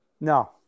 No